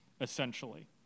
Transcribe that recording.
essentially